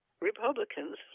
Republicans